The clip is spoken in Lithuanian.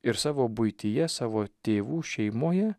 ir savo buityje savo tėvų šeimoje